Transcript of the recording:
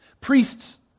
Priests